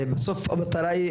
בסוף המטרה היא,